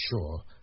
sure